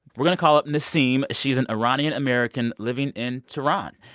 we're going to call up nasim. she is an iranian-american living in tehran.